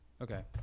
Okay